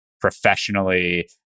professionally